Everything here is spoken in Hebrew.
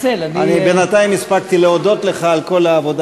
בינתיים הספקתי להודות לך על כל העבודה